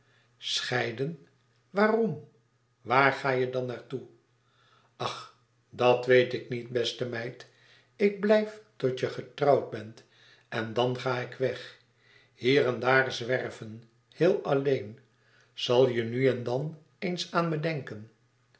scheiden waarom waar ga je dan naar toe ach dat weet ik niet beste meid ik blijf tot je getrouwd bent en dan ga ik weg hier en daar zwerven heel alleen zal je nu en dan eens aan me denken